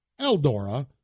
Eldora